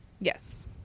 Yes